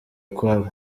ukwabo